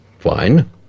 Fine